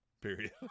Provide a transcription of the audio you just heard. period